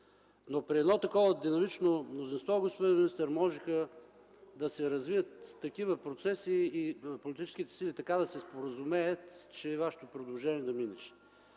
Но при едно такова динамично мнозинство, господин министър, можеха да се развият такива процеси и политическите сили така да се споразумеят, че Вашето предложение да минеше.